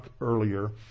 earlier